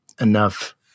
enough